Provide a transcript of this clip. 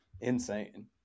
Insane